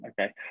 Okay